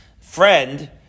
friend